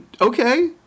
Okay